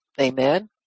Amen